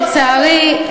לצערי,